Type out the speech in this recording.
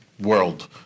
world